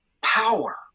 power